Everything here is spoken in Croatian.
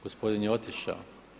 Gospodin je otišao.